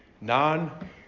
non